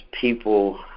people